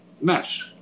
mess